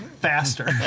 faster